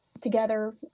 together